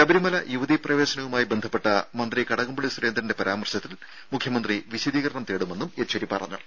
ശബരിമല യുവതീ പ്രവേശനവുമായി ബന്ധപ്പെട്ട മന്ത്രി കടകംപള്ളി സുരേന്ദ്രന്റെ പരാമർശത്തിൽ മുഖ്യമന്ത്രി വിശദീകരണം തേടുമെന്നും യെച്ചൂരി പറഞ്ഞു